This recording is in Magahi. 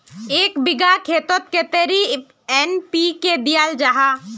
एक बिगहा खेतोत कतेरी एन.पी.के दियाल जहा?